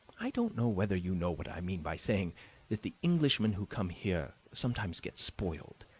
i don't know whether you know what i mean by saying that the englishmen who come here sometimes get spoiled.